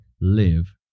live